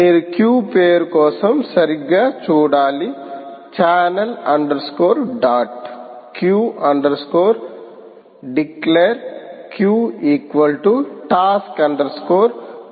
మీరు క్యూ పేరు కోసం సరిగ్గా చూడాలి channel underscore dot Q underscore declare Q task underscore queue